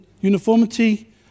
uniformity